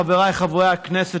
חבריי חברי הכנסת,